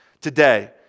Today